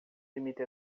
limite